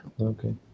Okay